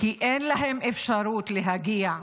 כי אין להם אפשרות להגיע,